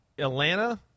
Atlanta